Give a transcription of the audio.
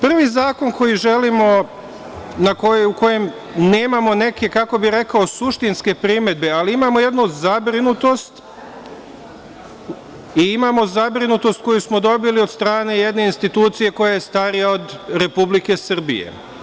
Prvi zakon koji na koji nemamo, neke kako bih rekao, suštinske primedbe, ali imamo jednu zabrinutost i imamo zabrinutost koju smo dobili od strane jedne institucije koja je starija od Republike Srbije.